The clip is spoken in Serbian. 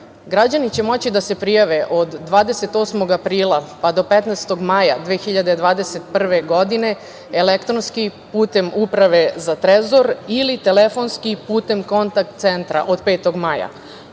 dela. Građani će moći da se prijave od 28. aprila do 15. maja 2021. godine, elektronskim putem Uprave za trezor, ili telefonskim putem kontakt centra od 5. maja,